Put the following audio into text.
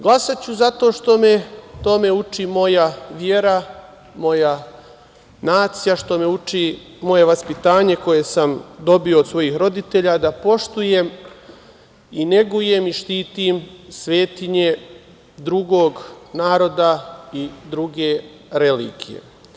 Glasaću zato što me tome uči moja vera, moja nacija, što me uči moje vaspitanje koje sam dobio od svojih roditelja, da poštujem i negujem i štitim svetinje drugog naroda i druge religije.